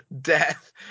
Death